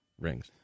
Rings